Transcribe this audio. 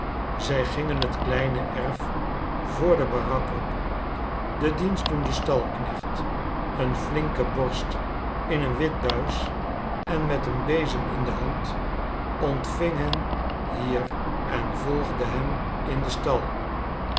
zij gingen het kleine erf voor de barak op de dienstdoende stalknecht een flinke borst in een wit buis en met een bezem in de hand ontving hen hier en volgde hen in den stal